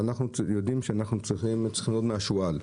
ואנחנו יודעים שאנחנו צריכים ללמוד מהשועל,